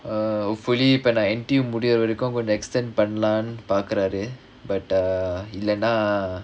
err hopefully இப்ப நா:ippa naa N_T_U முடியிற வரைக்கும்:mudiyira varaikkum extend பண்ணலானு பாக்குறாரு:pannalaanu paakkuraaru but err இல்லனா:illanaa